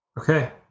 Okay